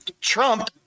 trump